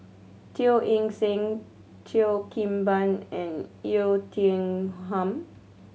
Teo Eng Seng Cheo Kim Ban and Oei Ting Ham